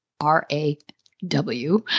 R-A-W